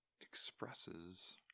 expresses